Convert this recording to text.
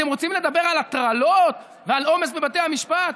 אתם רוצים לדבר על הטרלות ועל עומס בבתי המשפט?